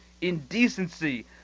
indecency